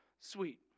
sweet